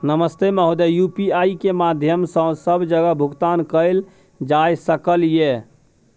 नमस्ते महोदय, यु.पी.आई के माध्यम सं सब जगह भुगतान कैल जाए सकल ये?